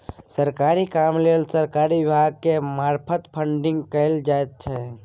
सरकारी काम लेल सरकारी विभाग के मार्फत फंडिंग कएल जाइ छै